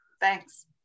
Thanks